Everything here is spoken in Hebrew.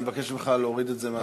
אני מבקש ממך להוריד את זה מהדוכן.